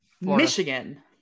michigan